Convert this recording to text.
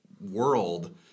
world